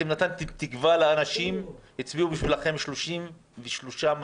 אתם נתתם תקווה לאנשים, הצביעו בשבילכם 33 מנדטים,